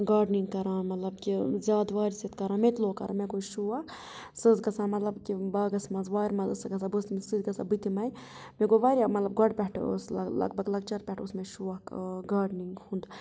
gardening کَران مَطلَب کہِ زیادٕ وارِ سٍتۍ کَران مےٚ لوگ کَرُن مےٚ گوٚو شوق سۅ ٲسۍ گَژھان مَطلَب کہِ باغس منٛز وارِ منٛز ٲسۍ سۅ گَژھان بہٕ ٲسٕس تٔمِس سٍتۍ گَژھان بہٕ تہِ یِمے مےٚ گوٚو وارِیاہ مطلَب گۅڈٕ پٮ۪ٹھٕ اوس لَل لَگ بَگ لۅکچارٕ پٮ۪ٹھٕ اوس مےٚ شوق گارڈنِنٛگ ہُنٛد